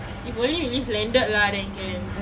if only we live landed lah then can